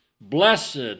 Blessed